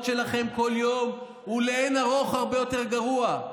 שלכם כל יום הוא לאין ערוך יותר גרוע,